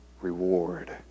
reward